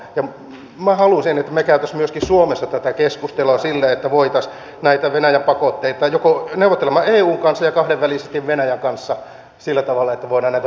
minä haluaisin että me kävisimme myöskin suomessa tätä keskustelua silleen että voitaisiin näitä venäjä pakotteita neuvottelemalla eun kanssa ja kahdenvälisesti venäjän kanssa pikkuhiljaa lähteä kuitenkin riisumaan